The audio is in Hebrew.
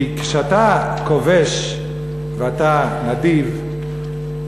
כי כשאתה כובש ואתה נדיב,